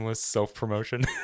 self-promotion